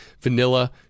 vanilla